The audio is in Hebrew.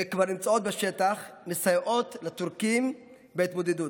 כבר נמצאות בשטח ומסייעות לטורקים בהתמודדות,